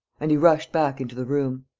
and he rushed back into the room.